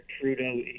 Trudeau